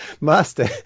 Master